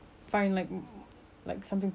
just cause I want to keep my mouth busy